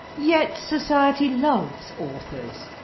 yet society loves authors.